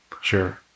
Sure